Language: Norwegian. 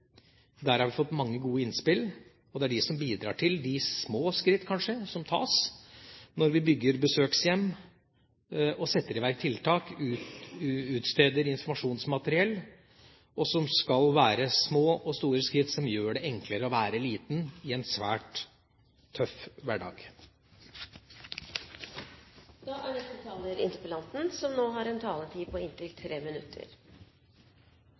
vi har fått mange gode innspill. Det er kanskje de som bidrar til de små skritt som tas, når vi bygger besøkshjem, setter i verk tiltak og utsteder informasjonsmateriell, som skal være små og store skritt som gjør det enklere å være liten i en svært tøff